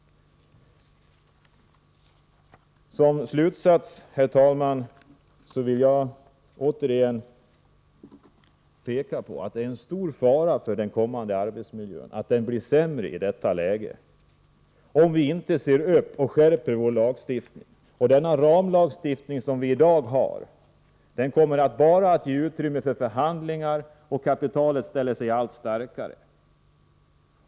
Som slutsats av detta, herr talman, vill jag åter hävda att det finns stor risk för att den framtida arbetsmiljön kommer att bli sämre, om vi inte ser upp och skärper vår lagstiftning. Den ramlagstiftning som vi har i dag kommer bara att ge utrymme för förhandlingar. Kapitalets makt kommer att bli allt starkare.